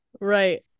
right